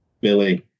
Billy